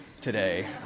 today